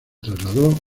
trasladó